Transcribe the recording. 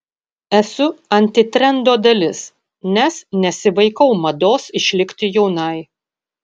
esu antitrendo dalis nes nesivaikau mados išlikti jaunai